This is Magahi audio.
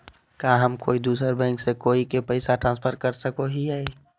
का हम कोई दूसर बैंक से कोई के पैसे ट्रांसफर कर सको हियै?